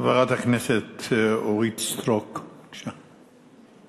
חברת הכנסת אורית סטרוק, בבקשה.